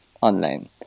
online